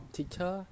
Teacher